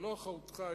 זה לא אחריותך הישירה,